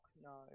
no